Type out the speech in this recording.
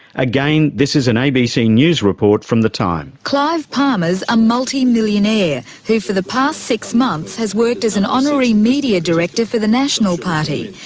again, this is an abc news report from the time journalist clive palmer's a multimillionaire, who for the past six months has worked as an honorary media director for the national party.